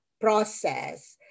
process